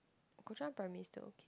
Kuo Chuan primary still okay